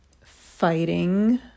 fighting